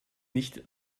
nicht